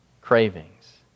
cravings